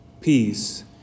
peace